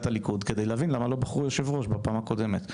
הליכוד כדי להבין למה לא בחרו יושב-ראש בפעם הקודמת.